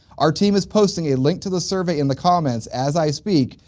our team is posting a link to the survey in the comments, as i speak,